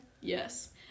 Yes